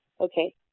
Okay